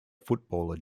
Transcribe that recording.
footballer